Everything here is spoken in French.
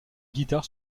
guitare